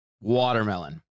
watermelon